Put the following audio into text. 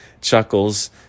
chuckles